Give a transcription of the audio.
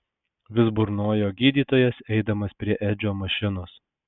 vis burnojo gydytojas eidamas prie edžio mašinos